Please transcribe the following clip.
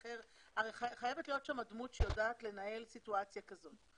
הרי חייבת להיות שם דמות שיודעת לנהל סיטואציה כזאת.